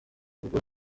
ubwo